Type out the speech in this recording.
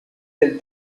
del